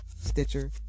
Stitcher